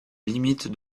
limite